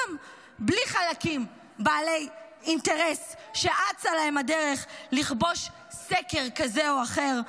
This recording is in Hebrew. גם בלי חלקים בעלי אינטרס שאצה להם הדרך לכבוש סקר כזה או אחר.